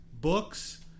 books